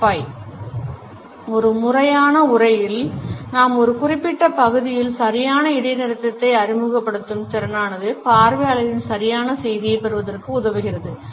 " ஒரு முறையான உரையில் நாம் ஒரு குறிப்பிட்ட பகுதியில் சரியான இடைநிறுத்தத்தை அறிமுகப்படுத்தும் திறனானது பார்வையாளர்கள் சரியான செய்தியைப் பெறுவதற்கு உதவுகிறது